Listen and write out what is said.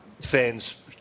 fans